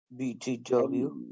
Btw